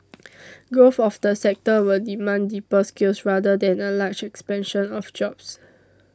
growth of the sector will demand deeper skills rather than a large expansion of jobs